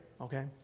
okay